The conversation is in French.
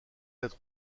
être